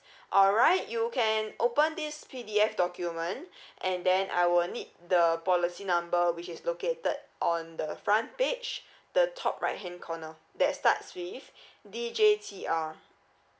alright you can open this P_D_F document and then I will need the policy number which is located on the front page the top right hand corner that starts with D J T R